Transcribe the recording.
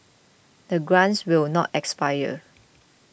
the grants will not expire